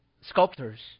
Sculptors